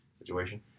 situation